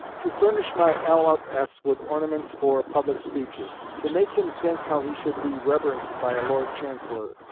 to furnish my l. of s. with ornaments for public speeches. to make him think how he should be reverenced by a lord chancellor,